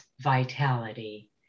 vitality